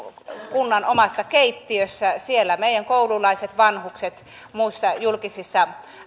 kunnan omassa keittiössä siellä meidän koululaisten vanhusten ja muissa julkisissa